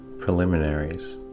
preliminaries